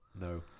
no